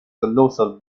colossal